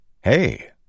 Hey